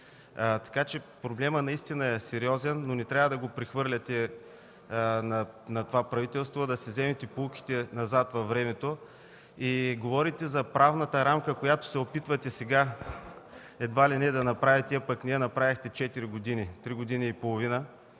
така че проблемът наистина е сериозен, но не трябва да го прехвърляте на това правителство, а да си вземете поуките, гледайки назад във времето. Говорите за правната рамка, която се опитвате сега, едва ли не, да я направите, пък не я направихте три години и половина-четири.